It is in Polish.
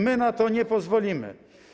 My na to nie pozwolimy.